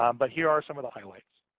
um but here are some of the highlights.